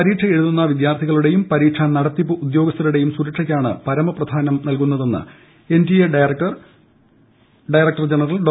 പരീക്ഷ എഴുതുന്ന വിദ്യാർഥികളുടെയും പരീക്ഷാ നടത്തിപ്പ് ഉദ്യോഗസ്ഥരുടെയും സുരക്ഷയ്ക്കാണ് പരമ പ്രാധാന്യം നൽകുന്നതെന്ന് N T A director general Dr